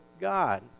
God